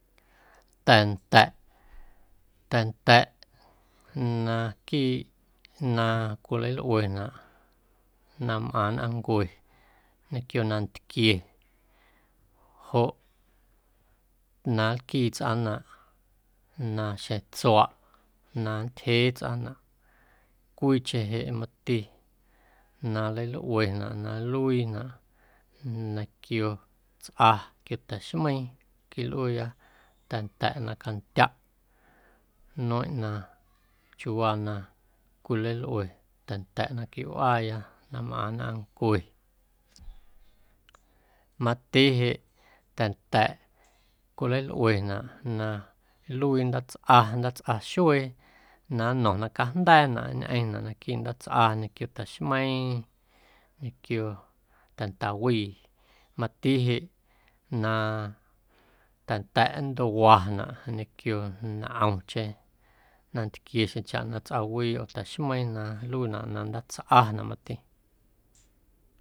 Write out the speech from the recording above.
Ta̱nda̱ꞌ, ta̱nda̱ꞌ naquiiꞌ na cwileilꞌuenaꞌ na mꞌaⁿ nnꞌaⁿncue ñequio nantquie joꞌ na nlquii tsꞌaⁿnaꞌ na xjeⁿ tsuaꞌ na nntyjee tsꞌaⁿnaꞌ cwiicheⁿ jeꞌ mati na nleilꞌuenaꞌ na nluiinaꞌ naquio tsꞌa quio taxmeiiⁿ quilꞌuuya ta̱nda̱ꞌ na candyaꞌ nueⁿꞌ na chiuuwaa na cwilwilꞌlue ta̱nda̱ꞌ naquiiꞌ wꞌaaya na mꞌaⁿ nnꞌaⁿncue mati jeꞌ ta̱nda̱ꞌ cwileilꞌuenaꞌ na nluii ndaatsꞌa xuee na nno̱ⁿ na cajnda̱a̱ na nñꞌeⁿnaꞌ naquiiꞌ ndaatsꞌa ñequio ta̱xmeiiⁿ ñequio tandawii mati jeꞌ na ta̱nda̱ꞌ nntuanaꞌ ñequio ntꞌomcheⁿ nantquie xjeⁿchaꞌ na tsꞌawii oo ta̱xmeiiⁿ na nluiinaꞌ na ndaatsꞌanaꞌ mati.